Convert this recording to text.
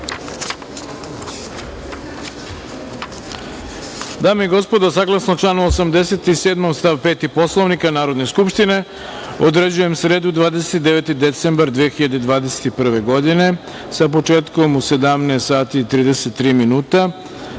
i gospodo, saglasno članu 87. stav 5. Poslovnika Narodne skupštine, određujem sredu, 29. decembar 2021. godine, sa početkom u 17.33 časova,